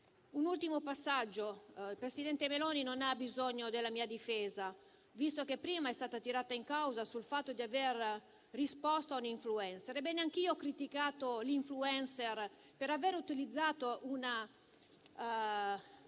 Un ultimo passaggio. Il presidente Meloni non ha bisogno della mia difesa, visto che prima è stata tirata in causa sul fatto di aver risposto a una *influencer*. Ebbene, anch'io ho criticato l'*influencer* per aver utilizzato una